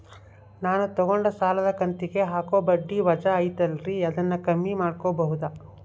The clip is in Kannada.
ನಾನು ತಗೊಂಡ ಸಾಲದ ಕಂತಿಗೆ ಹಾಕೋ ಬಡ್ಡಿ ವಜಾ ಐತಲ್ರಿ ಅದನ್ನ ಕಮ್ಮಿ ಮಾಡಕೋಬಹುದಾ?